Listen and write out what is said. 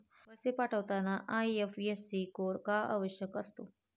पैसे पाठवताना IFSC code का आवश्यक असतो?